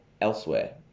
elsewhere